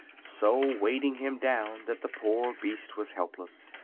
so weighting him down that the poor beast was helpless.